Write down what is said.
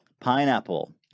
Pineapple